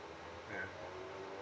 yeah